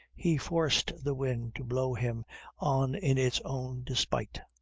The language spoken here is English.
he forced the wind to blow him on in its own despite.